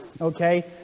okay